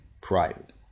private